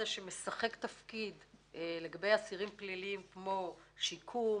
שמשחק תפקיד לגבי אסירים פליליים כמו שיקום,